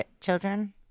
children